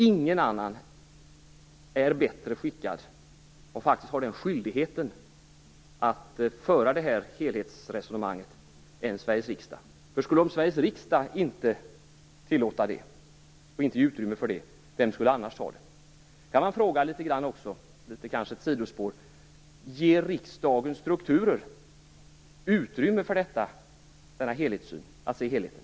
Ingen är bättre skickad eller har större skyldighet att föra detta helhetsresonemang än Sveriges riksdag. För om Sveriges riksdag inte tillät och gav utrymme för det, vem skulle då göra det? Det är kanske ett sidospår att fråga: Ger riksdagen strukturer och utrymme för detta att se helheten?